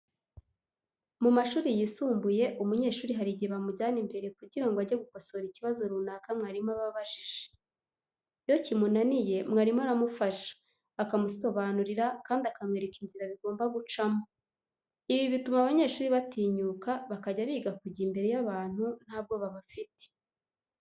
Mu mashuri yisumbuye umunyeshuri hari igihe bamujyana imbere kugira ngo ajye gukosora ikibazo runaka mwarimu aba abajije. Iyo kimunaniye mwarimu aramufasha, akamusobanurira kandi akamwereka inzira bigomba gucamo. Ibi bituma abanyeshuri batinyuka bakajya biga kujya imbere y'abantu nta bwoba bafite.